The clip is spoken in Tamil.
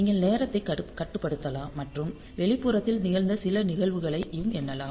நீங்கள் நேரத்தைக் கட்டுப்படுத்தலாம் மற்றும் வெளிப்புறத்தில் நிகழ்ந்த சில நிகழ்வுகளையும் எண்ணலாம்